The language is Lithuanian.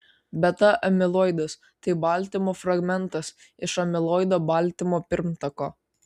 beta amiloidas tai baltymo fragmentas iš amiloido baltymo pirmtako